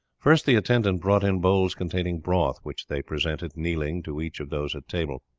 first the attendance brought in bowls containing broth, which they presented, kneeling, to each of those at table.